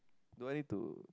do I need to